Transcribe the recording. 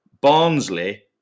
Barnsley